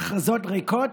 בהכרזות ריקות